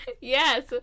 Yes